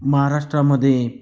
महाराष्ट्रामध्ये